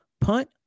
punt